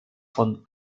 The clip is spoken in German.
von